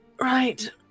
right